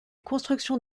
constructions